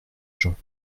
gens